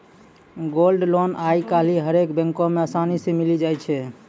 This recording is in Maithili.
गोल्ड लोन आइ काल्हि हरेक बैको मे असानी से मिलि जाय छै